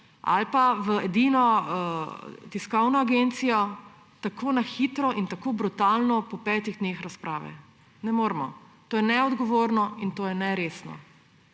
ali pa v edino tiskovno agencijo tako na hitro in tako brutalno po petih dneh razprave. Ne moremo. To je neodgovorno in to je neresno.